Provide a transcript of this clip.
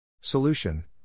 Solution